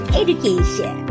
education